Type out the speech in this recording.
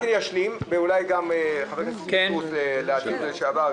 לא מזמן ביקשו להטיל קנסות באוטובוסים על זה שעולים מאחור,